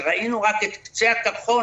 שראינו רק את קצה הקרחון,